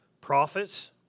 prophets